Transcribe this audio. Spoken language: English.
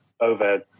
over